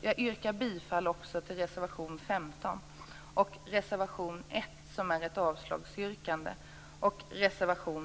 Jag yrkar därför bifall även till reservation